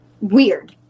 weird